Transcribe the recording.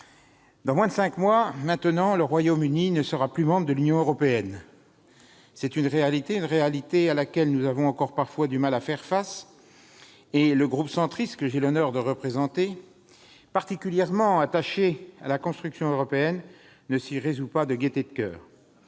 Dans moins de cinq mois maintenant, le Royaume-Uni ne sera plus membre de l'Union européenne. C'est une réalité à laquelle nous avons encore, parfois, du mal à faire face, et le groupe Union Centriste, que j'ai l'honneur de représenter, particulièrement attaché à la construction européenne, ne s'y résout pas de gaîté de coeur.